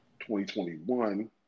2021